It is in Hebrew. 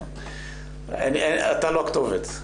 אתה לא הכתובת.